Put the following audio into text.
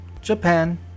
japan